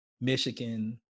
Michigan